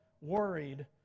worried